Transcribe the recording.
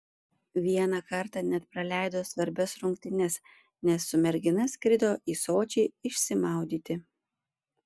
vieną kartą net praleido svarbias rungtynes nes su mergina skrido į sočį išsimaudyti